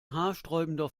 haarsträubender